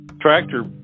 tractor